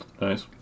Nice